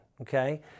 okay